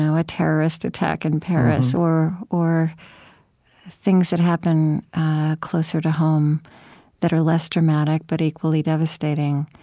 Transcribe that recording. ah a terrorist attack in paris or or things that happen closer to home that are less dramatic but equally devastating.